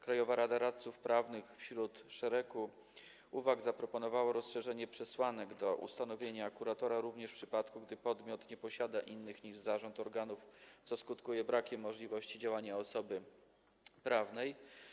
Krajowa Rada Radców Prawnych wśród szeregu uwag zaproponowała rozszerzenie przesłanek do ustanowienia kuratora również w przypadku, gdy podmiot nie posiada innych niż zarząd organów, co skutkuje brakiem możliwości działania osoby prawnej.